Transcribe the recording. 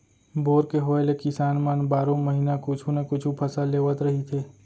bore के होए ले किसान मन बारो महिना कुछु न कुछु फसल लेवत रहिथे